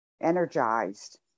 energized